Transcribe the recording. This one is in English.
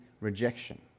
rejection